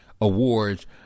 awards